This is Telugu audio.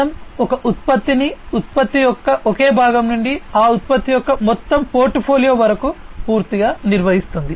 PLM ఒక ఉత్పత్తిని ఉత్పత్తి యొక్క ఒకే భాగం నుండి ఆ ఉత్పత్తి యొక్క మొత్తం పోర్ట్ఫోలియో వరకు పూర్తిగా నిర్వహిస్తుంది